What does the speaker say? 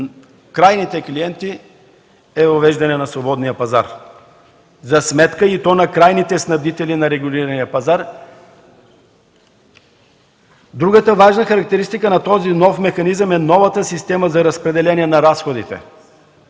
крайните клиенти, е уреждане на свободния пазар и то за сметка на крайните снабдители на регулирания пазар. Другата важна характеристика на този нов механизъм е новата система за разпределение на разходите